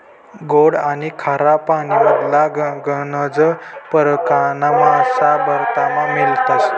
गोड आनी खारा पानीमधला गनज परकारना मासा भारतमा मियतस